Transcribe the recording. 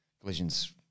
Collisions